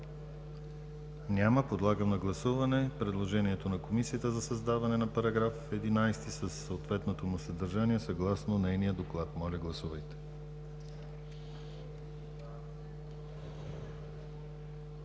Няма. Подлагам на гласуване предложението на Комисията за създаване на § 11 със съответното му съдържание, съгласно нейния доклад. Гласували